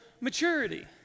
maturity